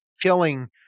killing